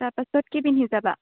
তাৰপাছত কি পিন্ধি যাবা